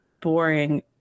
boring